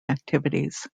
activities